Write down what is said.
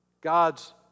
God's